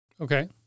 Okay